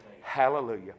Hallelujah